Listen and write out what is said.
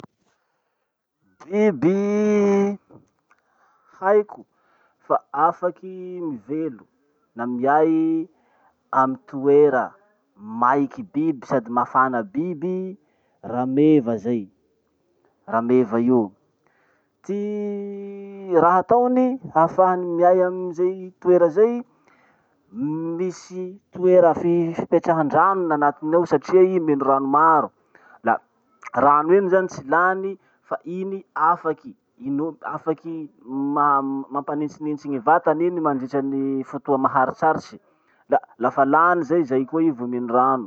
Biby haiko fa afaky mivelo na miay amy toera maiky biby sady mafana biby: rameva zay, rameva io. Ty raha ataony mba hahafahany miay amizay toera zay, misy toera fi- fipetrahandrano nanatiny ao satria i mino rano maro. La rano iny zany tsy lany fa iny afaky ino- afaky mampanitsinitsy gny vatany iny mandritra ny fotoa maharitsaritry. La lafa lany zay, zay koa i vo mino rano.